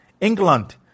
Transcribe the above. England